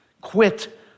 quit